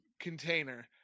container